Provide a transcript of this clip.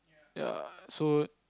ya so